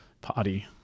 Party